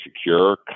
secure